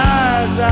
eyes